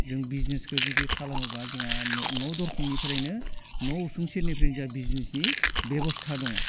जों बिजनेसखौ जुदि खालामोबा जोंहा न' न' दरखंनिफ्रायनो न' असुं सेरनिफ्रायनो जोंहा बिजनेसनि बेब'स्था दङ